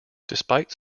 despite